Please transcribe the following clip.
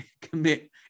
commit